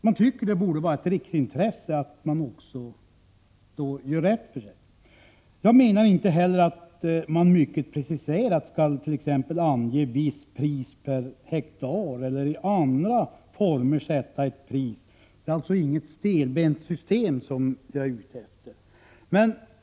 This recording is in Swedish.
Man tycker det borde vara ett riksintresse att man också gör rätt för sig. Jag menar inte att man t.ex. mycket preciserat skall ange visst pris per hektar eller i andra former sätta ett pris. Det är alltså inget stelbent system som jag är ute efter.